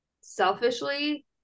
selfishly